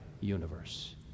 universe